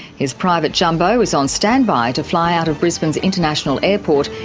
his private jumbo is on standby to fly out of brisbane's international airport,